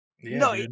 No